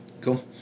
Cool